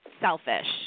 selfish